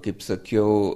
kaip sakiau